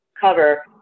cover